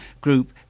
group